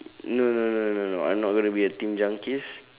no no no no no I'm not going to be a team junkies